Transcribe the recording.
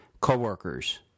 coworkers